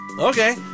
Okay